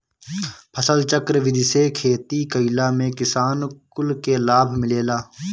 फसलचक्र विधि से खेती कईला में किसान कुल के लाभ मिलेला